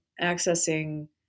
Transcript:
accessing